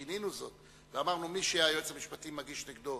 שינינו זאת ואמרנו, מי שהיועץ המשפטי מגיש נגדו